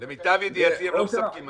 למיטב ידיעתי הם לא מספקים מזון.